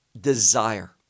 desire